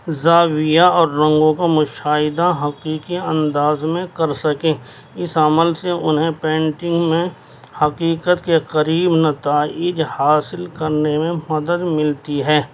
زاویہ اور رنگوں کا مشاہدہ حقیقی انداز میں کر سکیں اس عمل سے انہیں پینٹنگ میں حقیقت کے قریب نتائج حاصل کرنے میں مدد ملتی ہے